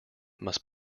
must